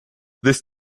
this